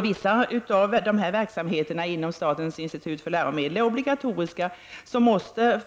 Vissa verksamheter när det gäller statens institut för läromedel är obligatoriska. Därför måste